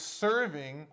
serving